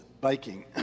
biking